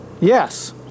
Yes